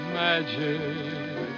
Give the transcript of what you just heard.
magic